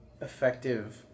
effective